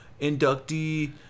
inductee